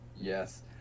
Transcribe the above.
Yes